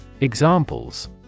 Examples